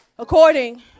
According